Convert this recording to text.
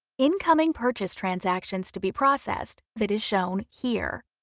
incoming purchase transactions to be processed that is shown here.